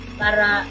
para